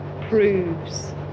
proves